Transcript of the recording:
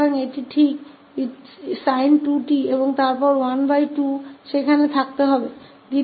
तो यह ठीक sin 2𝑡 है और फिर यह 12 होना चाहिए